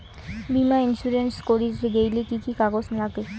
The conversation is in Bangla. বীমা ইন্সুরেন্স করির গেইলে কি কি কাগজ নাগে?